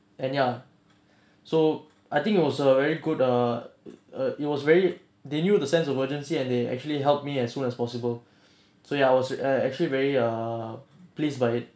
and ya so I think it was a very good err err it was very they knew the sense of urgency and they actually helped me as soon as possible so ya I was uh actually very ah pleased by it